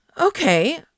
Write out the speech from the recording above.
Okay